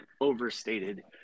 overstated